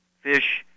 fish